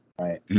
Right